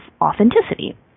authenticity